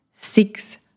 six